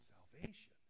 Salvation